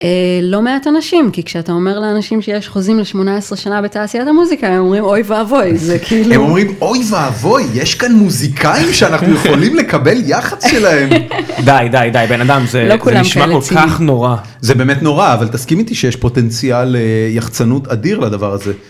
לא מעט אנשים, כי כשאתה אומר לאנשים שיש חוזים ל-18 שנה בתעשיית המוזיקה, הם אומרים אוי ואווי, זה כאילו. הם אומרים אוי ואווי, יש כאן מוזיקאים שאנחנו יכולים לקבל יח"צ שלהם. די די די בן אדם זה נשמע כל כך נורא. זה באמת נורא, אבל תסכים איתי שיש פוטנציאל יחצנות אדיר לדבר הזה.